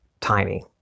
tiny